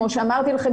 כמו שאמרתי לכם,